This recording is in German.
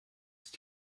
ist